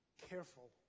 careful